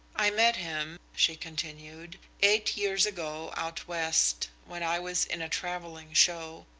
i met him, she continued, eight years ago out west, when i was in a travelling show.